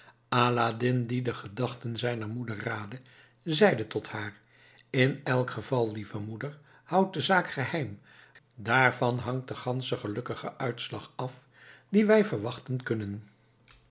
aladdin die de gedachten zijner moeder raadde zeide tot haar in elk geval lieve moeder houdt de zaak geheim daarvan hangt de gansche gelukkige uitslag af dien wij verwachten kunnen